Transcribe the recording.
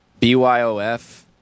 BYOF